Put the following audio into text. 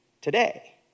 today